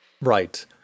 Right